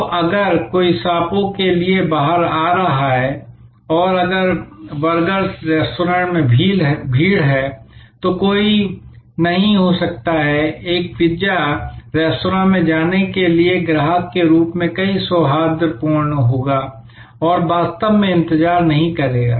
तो अगर कोई सांपों के लिए बाहर जा रहा है और अगर बर्गर रेस्तरां में भीड़ है तो कोई नहीं हो सकता है एक पिज्जा रेस्तरां में जाने के लिए ग्राहक के रूप में काफी सौहार्दपूर्ण होगा और वास्तव में इंतजार नहीं करेगा